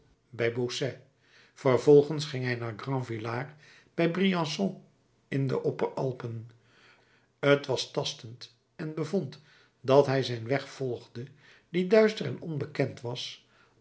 bij bausset vervolgens ging hij naar grand villard bij briançon in de opper alpen t was tastend en bevond dat hij zijn weg volgde die duister en onbekend was